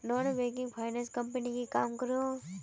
Non banking finance company की काम करोहो?